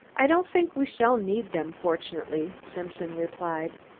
i don't think we shall need them, fortunately, simpson replied.